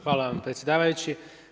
Hvala vam predsjedavajući.